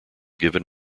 given